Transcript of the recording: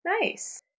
nice